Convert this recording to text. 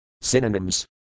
Synonyms